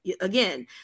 Again